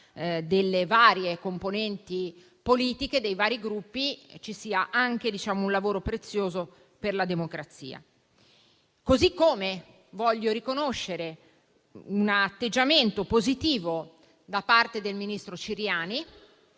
delle varie componenti politiche e dei vari Gruppi, ci sia anche un lavoro prezioso per la democrazia. Allo stesso modo, voglio riconoscere l'atteggiamento positivo del ministro Ciriani